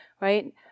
right